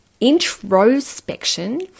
introspection